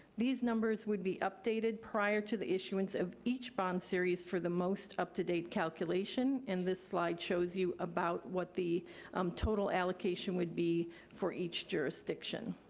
these numbers would be updated prior to the issuance of each bond series for the most up-to-date calculation. and this slide shows you about what the um total allocation would be for each jurisdiction.